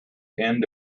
end